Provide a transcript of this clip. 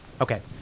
Okay